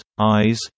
eyes